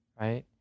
right